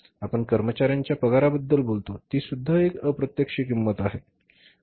उदाहरणार्थ आपण कर्मचार्यांच्या पगाराबद्दल बोलतो ती सुध्दा एक अप्रत्यक्ष किंमत आहे